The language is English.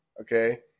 Okay